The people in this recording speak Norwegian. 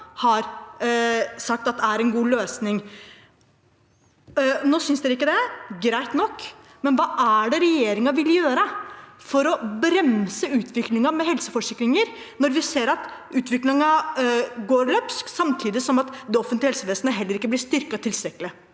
har sagt at er en god løsning. Nå synes dere ikke det, greit nok, men hva er det regjeringen vil gjøre for å bremse utviklingen med helseforsikringer når vi ser at utviklingen løper løpsk, samtidig som det offentlige helsevesenet heller ikke blir styrket tilstrekkelig?